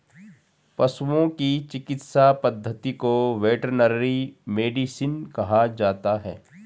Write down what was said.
पशुओं की चिकित्सा पद्धति को वेटरनरी मेडिसिन कहा जाता है